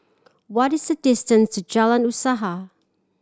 what is the distance to Jalan Usaha